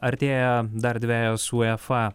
artėja dar dvejos uefa